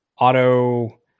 auto